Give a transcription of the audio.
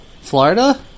Florida